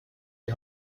die